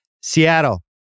Seattle